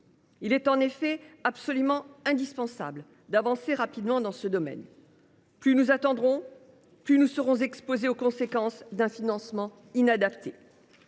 Il est en effet absolument indispensable d’avancer rapidement dans ce domaine : plus nous attendrons, plus nous serons exposés aux conséquences d’un financement inadapté.